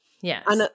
yes